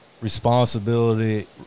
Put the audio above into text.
responsibility